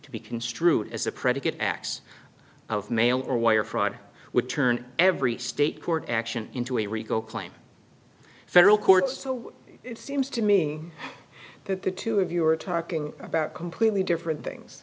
to be construed as a predicate acts of mail or wire fraud would turn every state court action into a rico claim federal court so it seems to me that the two of you are talking about completely different things